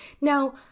Now